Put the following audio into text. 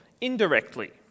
indirectly